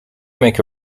make